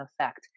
Effect